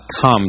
come